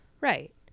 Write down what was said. Right